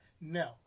No